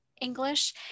English